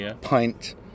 Pint